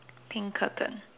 pink curtain